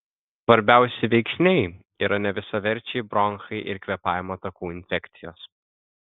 svarbiausi veiksniai yra nevisaverčiai bronchai ir kvėpavimo takų infekcijos